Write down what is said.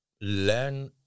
learn